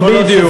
בדיוק.